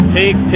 take